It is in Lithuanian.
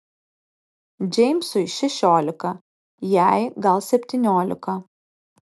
džeimsui šešiolika jai gal septyniolika